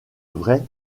vraie